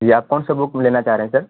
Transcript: جی آپ کون سے بک لینا چاہ رہے ہیں سر